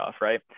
right